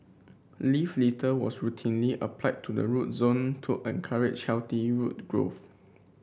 leaf litter was routinely applied to the root zone to encourage healthy root growth